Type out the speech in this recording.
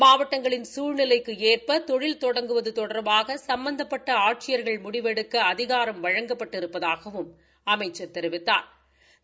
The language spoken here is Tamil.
மாவட்டங்களின் சூழ்நிலைக்கு ஏற்ப தொழில் தொடங்குவது தொடர்பாக சம்பந்தப்பட்ட ஆட்சியர்கள் முடிவெடுக்க அதிகாரம் வழங்கப்பட்டிருப்பதாகவும் அமைச்ச் தெரிவித்தாா்